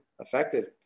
affected